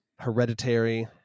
Hereditary